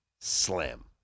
slam